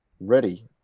ready